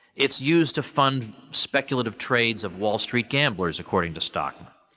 it's used to fund speculative trades of wall street gamblers, according to stockman.